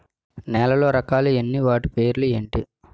నేలలో రకాలు ఎన్ని వాటి పేర్లు ఏంటి?